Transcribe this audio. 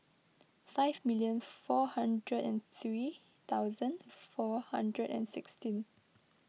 five million four hundred and three thousand four hundred and sixteen